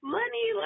money